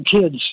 kids